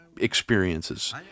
experiences